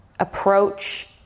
approach